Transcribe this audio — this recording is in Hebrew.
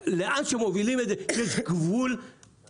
91 אחוזים מהלולים במדינת ישראל הם לולים ללא רישיון עסק,